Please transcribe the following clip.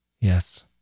Yes